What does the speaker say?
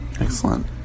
Excellent